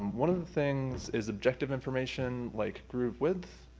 um one of the things is objective information like groove width.